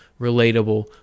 relatable